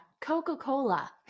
Coca-Cola